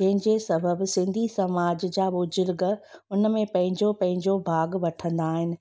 जंहिंजे सबबु सिंधी समाज जा बुजुर्ग उन में पंहिंजो पंहिंजो भाॻु वठंदा आहिनि